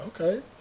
okay